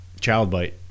Childbite